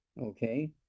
okay